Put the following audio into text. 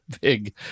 big